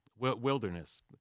Wilderness